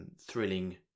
thrilling